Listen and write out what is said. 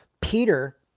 Peter